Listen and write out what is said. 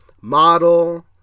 model